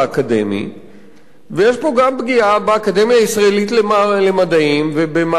ויש פה גם פגיעה באקדמיה הישראלית למדעים ובמעמדם,